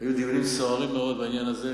היו דיונים סוערים מאוד בעניין הזה,